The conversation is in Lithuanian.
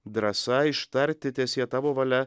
drąsa ištarti teesie tavo valia